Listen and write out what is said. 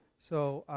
so